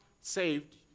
saved